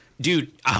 dude